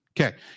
Okay